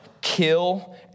kill